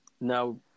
Now